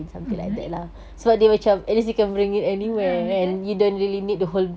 mm menarik a'ah betul